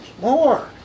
more